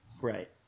Right